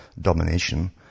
domination